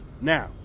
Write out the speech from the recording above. Now